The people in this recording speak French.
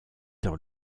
dans